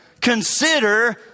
consider